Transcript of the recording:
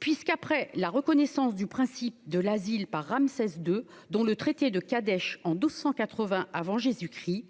puisqu'après la reconnaissance du principe de l'asile par Ramsès II dont le traité de Kadege en 1280 avant Jésus-Christ,